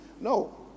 No